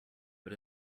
but